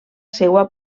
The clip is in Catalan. seua